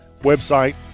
website